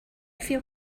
feel